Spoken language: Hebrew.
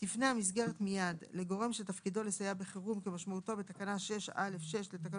תפנה המסגרת מיד לגורם שתפקידו לסייע בחירום כמשמעותו בתקנה 6(א)(6)